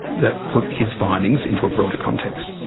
that put his findings into a broader context.